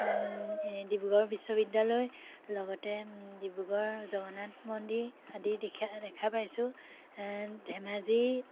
ডিব্ৰুগড় বিশ্ববিদ্যালয়ৰ লগতে ডিব্ৰুগড় জগন্নাথ মন্দিৰ আদি দেখা দেখা পাইছোঁ আ ধেমাজি